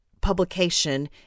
publication